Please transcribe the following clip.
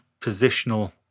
positional